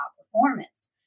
performance